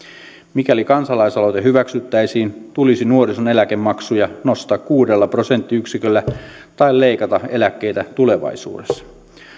mikäli kansalaisaloite hyväksyttäisiin tulisi nuorison eläkemaksuja nostaa kuudella prosenttiyksiköllä tai leikata eläkkeitä tulevaisuudessa